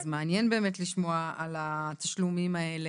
זה מעניין באמת לשמוע על התשלומים האלה,